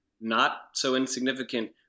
not-so-insignificant